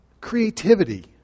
creativity